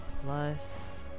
plus